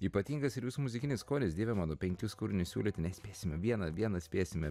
ypatingas ir jūsų muzikinis skonis dieve mano penkis kūrinius siūlėte nespėsime vieną vieną spėsime